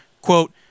quote